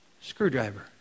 screwdriver